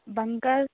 Bengal